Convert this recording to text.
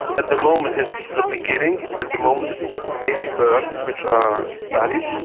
at the moment it's the beginning, at the moment it's mainly birds which are studied.